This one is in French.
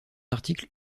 article